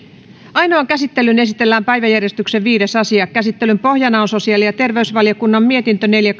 ainoaan käsittelyyn esitellään päiväjärjestyksen viides asia käsittelyn pohjana on sosiaali ja terveysvaliokunnan mietintö neljä